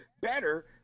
better